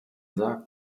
sagt